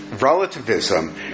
relativism